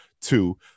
two